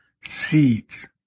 seeds